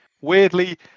Weirdly